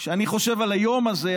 כשאני חושב על היום הזה,